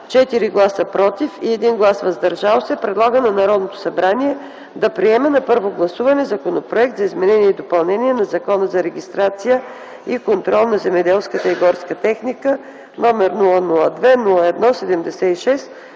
4 гласа „против” и 1 глас „въздържал се” предлага на Народното събрание да приеме на първо гласуване Законопроект за изменение и допълнение на Закона за регистрация и контрол на земеделската и горската техника, № 002-01-76,